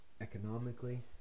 economically